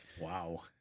Wow